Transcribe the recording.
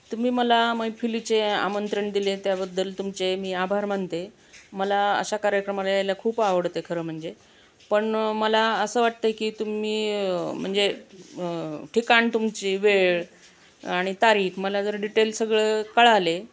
तुम्ही मला मैफिलीचे आमंत्रण दिले त्याबद्दल तुमचे मी आभार मानते मला अशा कार्यक्रमाला यायला खूप आवडते खरं म्हणजे पण मला असं वाटत आहे की तुम्ही म्हणजे ठिकाण तुमची वेळ आणि तारीख मला जर डिटेल्स सगळं कळाले